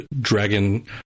dragon